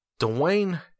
Dwayne